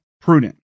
prudent